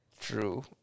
True